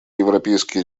европейские